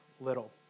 Little